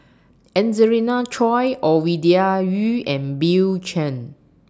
Angelina Choy Ovidia Yu and Bill Chen